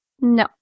No